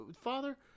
father